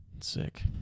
sick